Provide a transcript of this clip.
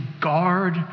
guard